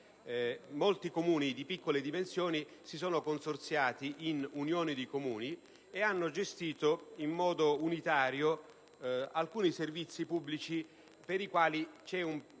Molti Comuni di piccole dimensioni si sono consorziati in unione di Comuni e hanno gestito in modo unitario alcuni servizi pubblici per i quali è